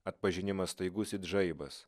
atpažinimas staigus it žaibas